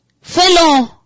Fellow